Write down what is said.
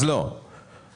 השאלה